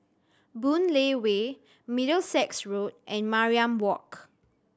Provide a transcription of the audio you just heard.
Boon Lay Way Middlesex Road and Mariam Walk